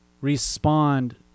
respond